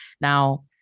Now